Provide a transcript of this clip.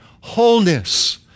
wholeness